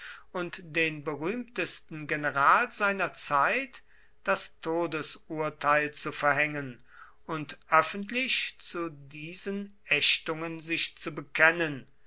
und den berühmtesten general seiner zeit das todesurteil zu verhängen und öffentlich zu diesen ächtungen sich zu bekennen